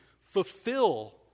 fulfill